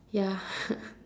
ya